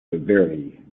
very